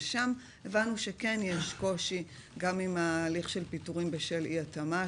שם הבנו שיש קושי גם עם ההליך של פיטורים בשל אי התאמה,